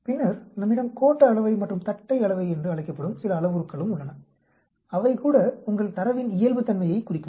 பின்னர் நம்மிடம் கோட்ட அளவை மற்றும் தட்டை அளவை என்று அழைக்கப்படும் சில அளவுருக்களும் உள்ளன அவை கூட உங்கள் தரவின் இயல்பு தன்மையைக் குறிக்கும்